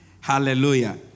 Hallelujah